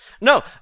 No